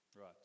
Right